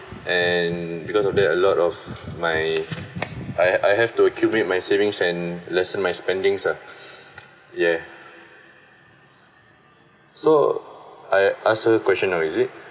and because of that a lot of my I I have to accumulate my savings and lessen my spendings uh yeah so I ask her question now is it